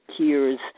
tears